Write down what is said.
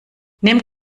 nimm